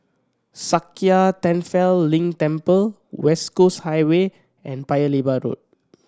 Sakya Tenphel Ling Temple West Coast Highway and Paya Lebar Road